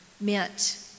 meant